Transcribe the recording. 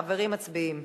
חברים, מצביעים.